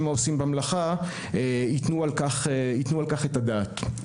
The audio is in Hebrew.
העושים במלאכה יתנו על כך את הדעת.